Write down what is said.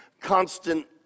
constant